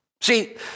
See